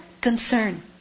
concern